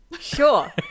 sure